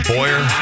Boyer